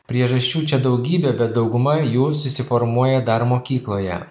priežasčių čia daugybė bet dauguma jų susiformuoja dar mokykloje